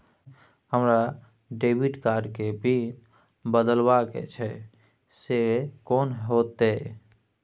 हमरा debit card के PIN बदलवा के छै से कोन होतै?